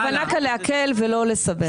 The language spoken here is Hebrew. הכוונה כאן להקל ולא לסבך.